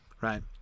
right